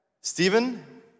Stephen